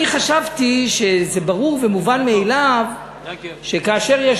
אני חשבתי שזה ברור ומובן מאליו שכאשר יש